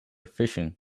fishing